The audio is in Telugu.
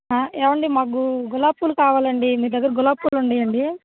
ఏమండి మాకు గులాబబీ పూలు కావలండి మీ దగ్గర గులాబీ పూలున్నాయండి